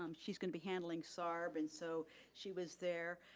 um she's gonna be handling sarb and so she was there.